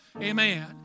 Amen